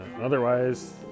otherwise